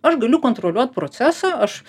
aš galiu kontroliuot procesą aš